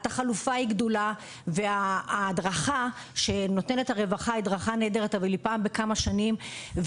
התחלופה גדולה וההדרכה שנותנת הרווחה היא נהדרת אבל היא פעם בכמה שנים.